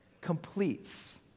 completes